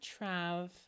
trav